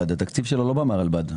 התקציב שלו לא בא מן הרלב"ד.